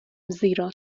زیرا